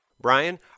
Brian